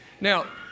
Now